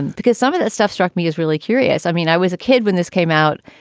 because some of that stuff struck me as really curious. i mean, i was a kid when this came out,